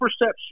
perception